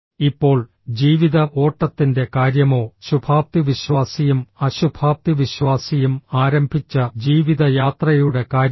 ഇപ്പോൾ ജീവിത ഓട്ടത്തിന്റെ കാര്യമോ ശുഭാപ്തിവിശ്വാസിയും അശുഭാപ്തിവിശ്വാസിയും ആരംഭിച്ച ജീവിത യാത്രയുടെ കാര്യമോ